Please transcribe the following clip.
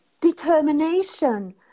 determination